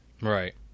Right